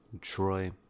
Troy